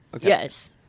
Yes